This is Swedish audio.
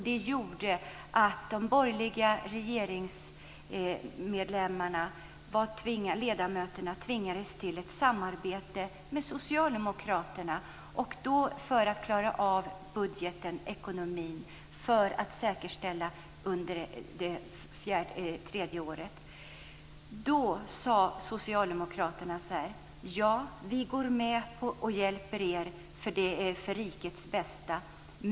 Det gjorde att de borgerliga ledamöterna tvingades till ett samarbete med socialdemokraterna för att klara budgeten och säkerställa ekonomin under det tredje året. Då sade socialdemokraterna: Ja, vi går med på det och hjälper er, för det är för rikets bästa.